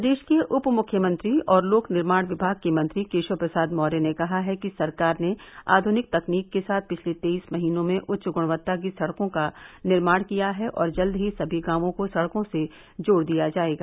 प्रदेश के उप मुख्यमंत्री और लोक निर्माण विभाग के मंत्री केशव प्रसाद मौर्य ने कहा है कि सरकार ने आधुनिक तकनीक के साथ पिछले तेईस महीनों में उच्च गुणवत्ता की सड़कों का निर्माण किया है और जल्द ही सभी गांवों को सड़कों से जोड़ दिया जायेगा